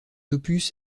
opus